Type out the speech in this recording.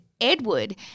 Edward